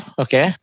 okay